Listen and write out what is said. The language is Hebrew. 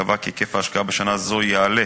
שקבעה כי היקף ההשקעה בשנה זו יעלה,